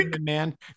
man